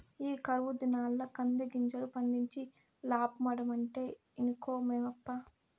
ఈ కరువు దినాల్ల కందిగింజలు పండించి లాబ్బడమంటే ఇనుకోవేమప్పా